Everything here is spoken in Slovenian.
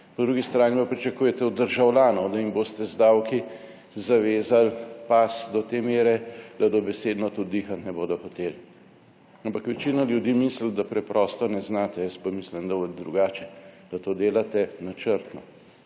Po drugi strani pa pričakujete od državljanov, da jim boste z davki zavezali pas do te mere, da dobesedno tudi dihati ne bodo hoteli. Ampak večina ljudi misli, da preprosto ne znate, jaz pa mislim, da biti drugače, da to delate načrtno.